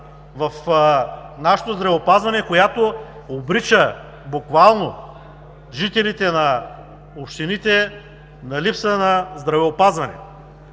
в нашето здравеопазване, която обрича буквално жителите на общините на липса на здравеопазване.